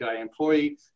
employee